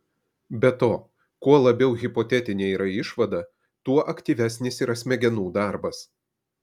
be to kuo labiau hipotetinė yra išvada tuo aktyvesnis yra smegenų darbas